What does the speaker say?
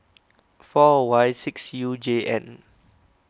four Y six U J N